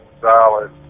solid